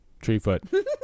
Treefoot